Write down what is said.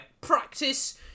practice